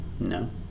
No